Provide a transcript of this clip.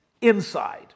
inside